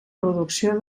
producció